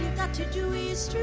to do this,